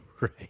Right